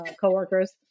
coworkers